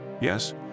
Yes